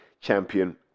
champion